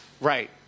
Right